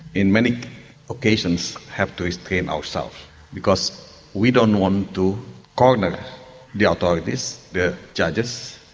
in many occasions have to restrain ourselves because we don't want to corner the authorities, the judges.